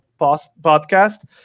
podcast